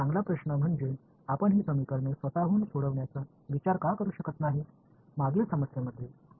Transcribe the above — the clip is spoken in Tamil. எனவே ஒரு நல்ல கேள்வி என்னவென்றால் இந்த சமன்பாடுகளைத் தாங்களே தீர்ப்பது குறித்து நாம் ஏன் சிந்திக்க முடியாது